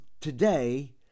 today